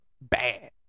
bad